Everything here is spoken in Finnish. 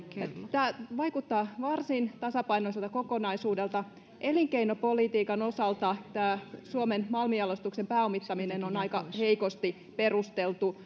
tämä vaikuttaa varsin tasapainoiselta kokonaisuudelta elinkeinopolitiikan osalta tämä suomen malmijalostuksen pääomittaminen on aika heikosti perusteltu